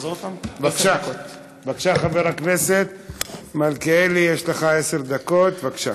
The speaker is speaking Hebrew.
בבקשה, חבר הכנסת מלכיאלי, יש לך עשר דקות, בבקשה.